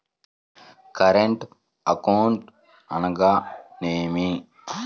Current account అనగా ఏమిటి?